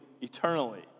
eternally